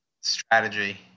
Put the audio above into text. strategy